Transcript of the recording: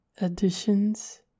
additions